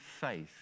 faith